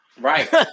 Right